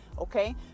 okay